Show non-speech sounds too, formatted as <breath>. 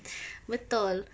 <breath> betul